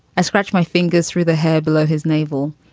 i scratch my fingers through the hair below his navel.